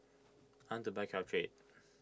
I want to buy Caltrate